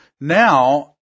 now